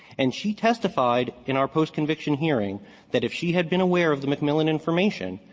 and she testified in our postconviction hearing that if she had been aware of the mcmillan information,